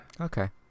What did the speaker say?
Okay